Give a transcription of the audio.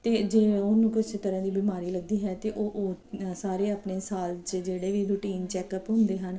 ਅਤੇ ਜੇ ਉਹਨੂੰ ਕਿਸੇ ਤਰ੍ਹਾਂ ਦੀ ਬਿਮਾਰੀ ਲੱਗਦੀ ਹੈ ਤਾਂ ਉਹ ਉਹ ਸਾਰੇ ਆਪਣੇ ਸਾਲ 'ਚ ਜਿਹੜੇ ਵੀ ਰੂਟੀਨ ਚੈੱਕਅਪ ਹੁੰਦੇ ਹਨ